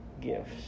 gifts